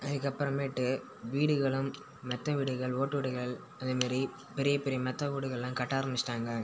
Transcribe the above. அதுக்கப்புறமேட்டு வீடுகளும் மெத்தை வீடுகள் ஓட்டு வீடுகள் அதேமாரி பெரிய பெரிய மெத்தை வீடுகள்லாம் கட்ட ஆரமிச்ட்டாங்க